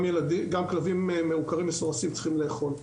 גם כלבים מעוקרים ומסורסים צריכים לאכול.